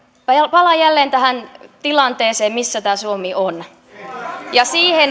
palaan jälleen tähän tilanteeseen missä suomi on ja siihen